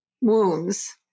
wounds